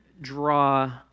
draw